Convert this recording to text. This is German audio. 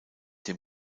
dem